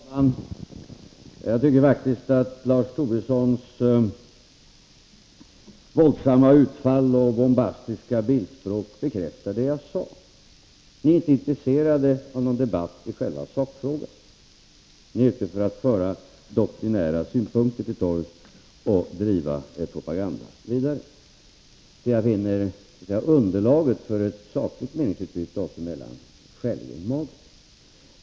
Herr talman! Jag tycker faktiskt att Lars Tobissons våldsamma utfall och bombastiska bildspråk bekräftar det jag sade: Ni är inte intresserade av någon debatt i själva sakfrågan. Ni är ute för att föra doktrinära synpunkter till torgs och driva er propaganda vidare. Jag finner därför underlaget för ett sakligt meningsutbyte oss emellan skäligen magert.